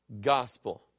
gospel